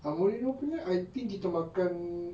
amorino punya I think kita makan